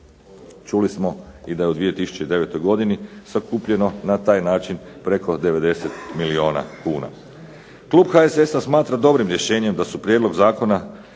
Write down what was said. Čuli smo i da je u 2009. godini sakupljeno na taj način preko 90 milijuna kuna. Klub HSS-a smatra dobrim rješenjem da su prijedlogom